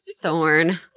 Thorn